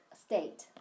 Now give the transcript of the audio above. state